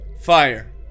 fire